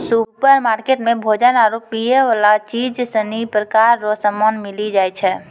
supermarket मे भोजन आरु पीयवला चीज सनी प्रकार रो समान मिली जाय छै